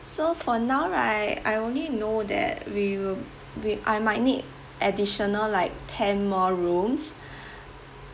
so for now right I only know that we will we I might need additional like ten more rooms